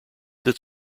that